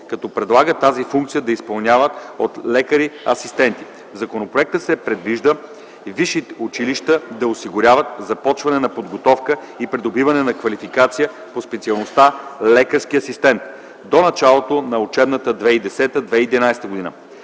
като предлага тази функция да се изпълнява от лекарски асистенти. В законопроекта се предвижда висшите училища да осигурят започване на подготовка и придобиване на квалификация по специалността „лекарски асистент” до началото на учебната 2010-2011 г.